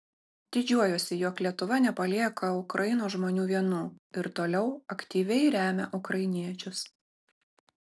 didžiuojuosi jog lietuva nepalieka ukrainos žmonių vienų ir toliau aktyviai remia ukrainiečius